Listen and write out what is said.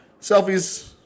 Selfies